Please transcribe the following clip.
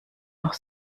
noch